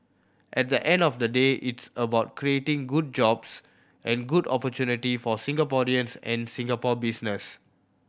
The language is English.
at the end of the day it's about creating good jobs and good opportunity for Singaporeans and Singapore businesses